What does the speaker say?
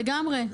לגמרי.